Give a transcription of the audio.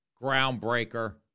Groundbreaker